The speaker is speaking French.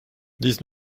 dix